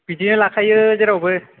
बिदिनो लाखायो जेरावबो